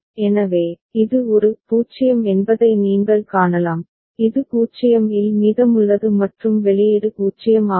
எனவே இது ஒரு 0 என்பதை நீங்கள் காணலாம் இது 0 இல் மீதமுள்ளது மற்றும் வெளியீடு 0 ஆகும்